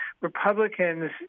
Republicans